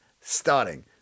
starting